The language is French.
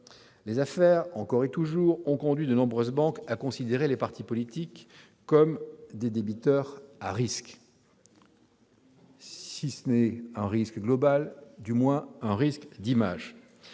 Les affaires, encore et toujours, ont conduit de nombreuses banques à considérer les partis politiques comme des débiteurs à risque, tout au moins en termes d'image.